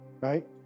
right